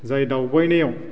जाय दावबायनायाव